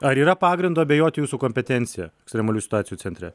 ar yra pagrindo abejoti jūsų kompetencija ekstremalių situacijų centre